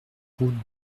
route